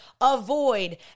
avoid